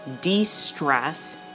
de-stress